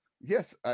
Yes